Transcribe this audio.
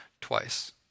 twice